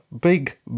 big